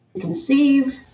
conceive